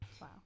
Wow